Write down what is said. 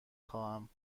خواهم